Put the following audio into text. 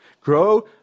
Grow